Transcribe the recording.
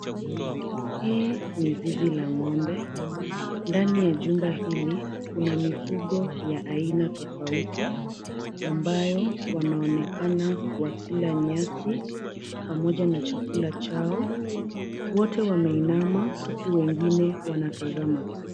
Hii ni zizi la ng'ombe. Ndani ya jumba hili kuna mifugo ya aina tofauti, ambayo wanaonekana wakila nyasi pamoja na chakula chao. Wote wameinama huku wengine wanatazama tu.